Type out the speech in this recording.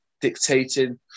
dictating